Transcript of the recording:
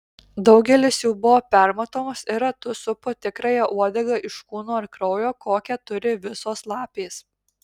daugelis jų buvo permatomos ir ratu supo tikrąją uodegą iš kūno ir kraujo kokią turi visos lapės